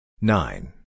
Nine